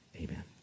amen